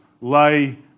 lay